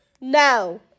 No